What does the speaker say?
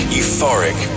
euphoric